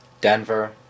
Denver